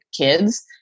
kids